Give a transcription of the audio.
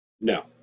No